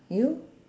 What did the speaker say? you